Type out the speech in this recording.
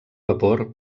vapor